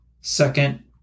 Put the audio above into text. Second